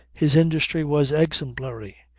his industry was exemplary.